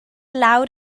lawr